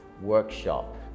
workshop